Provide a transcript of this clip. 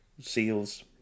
seals